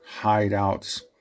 hideouts